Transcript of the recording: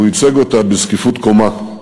והוא ייצג אותה בזקיפות קומה.